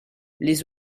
les